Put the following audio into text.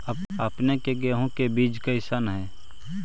अपने के गेहूं के बीज कैसन है?